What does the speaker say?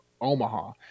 omaha